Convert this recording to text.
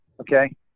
Okay